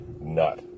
nut